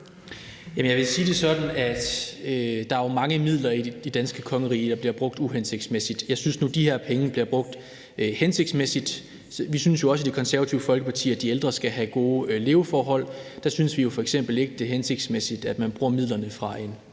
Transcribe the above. Jeg vil sige det sådan, at der jo er mange midler i det danske kongerige, der bliver brugt uhensigtsmæssigt. Jeg synes nu, de her penge bliver brugt hensigtsmæssigt. Vi synes jo også i Det Konservative Folkeparti, at de ældre skal have gode leveforhold. Vi synes jo f.eks. ikke, det er hensigtsmæssigt, at man bruger midlerne fra en